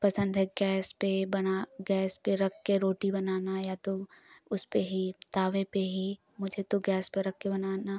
पसंद है गैस पर बना गैस पर रख कर रोटी बनाना या तो उस पर ही तवे पर ही मुझे तो गैस पर रख कर बनाना